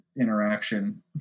interaction